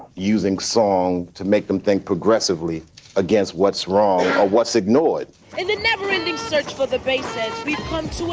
using song to make them think progressively against what's wrong or what's ignored in the never ending search for the basics we plan to